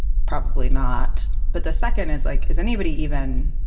probably not. but the second is like, is anybody, even